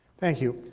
thank you.